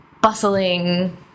bustling